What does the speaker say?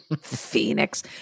Phoenix